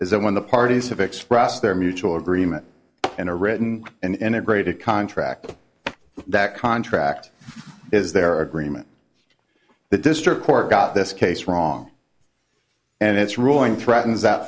is that when the parties have expressed their mutual agreement in a written and integrated contract that contract is their agreement the district court got this case wrong and its ruling threatens